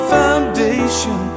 foundation